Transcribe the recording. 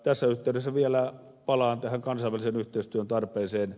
tässä yhteydessä vielä palaan tähän kansainvälisen yhteistyön tarpeeseen